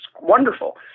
wonderful